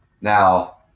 Now